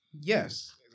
Yes